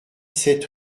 sept